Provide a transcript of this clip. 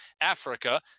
Africa